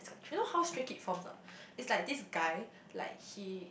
you know how Stray-Kids forms not is like this guy like he